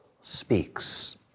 speaks